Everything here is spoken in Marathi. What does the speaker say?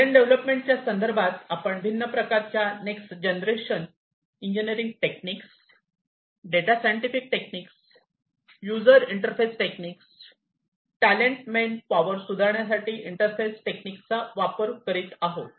टॅलेंट डेव्हलपमेंट च्या संदर्भात आपण भिन्न प्रकारच्या next generation engineering techniques data scientific techniques user interface techniques talent manpower सुधारण्यासाठी इंटरफेस टेक्निक्सचा वापर करीत आहोत